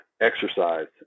exercise